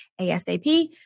ASAP